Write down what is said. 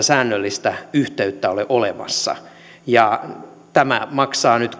säännöllistä yhteyttä ole olemassa tämä maksaa nyt